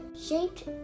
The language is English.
shaped